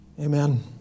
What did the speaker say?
Amen